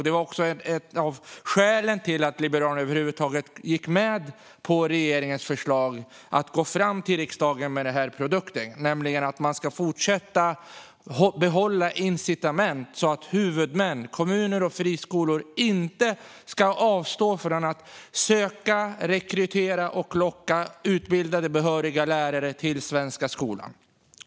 Ett av skälen till att Liberalerna över huvud taget gick med på regeringens förslag att gå fram till riksdagen med den här produkten var just att man ska behålla incitament så att huvudmän, kommuner och friskolor inte ska avstå från att söka, rekrytera och locka utbildade, behöriga lärare till svensk skola.